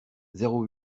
zéro